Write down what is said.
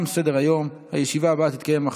22 בעד, אין מתנגדים,